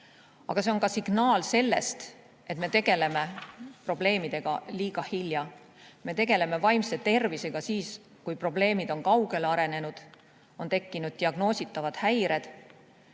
Ja see on signaal sellest, et me tegeleme probleemidega liiga hilja. Me tegeleme vaimse tervisega siis, kui probleemid on kaugele arenenud, on tekkinud diagnoositavad häired.